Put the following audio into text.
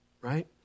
right